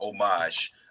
homage